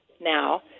now